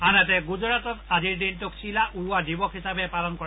আনহাতে গুজৰাটত আজিৰ দিনটোক চিলা উৰুওৱা দিৱস হিচাপে পালন কৰা হৈছে